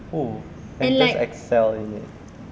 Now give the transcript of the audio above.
oo and just excel in it